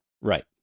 Right